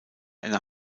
einer